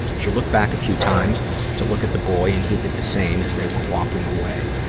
she looked back a few times to look at the boy, and he did the same as they were walking away.